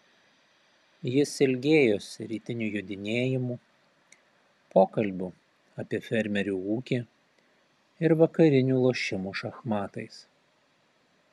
jis ilgėjosi rytinių jodinėjimų pokalbių apie fermerių ūkį ir vakarinių lošimų šachmatais